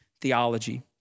theology